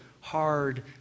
hard